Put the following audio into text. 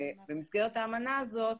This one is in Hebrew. במסגרת האמנה הזאת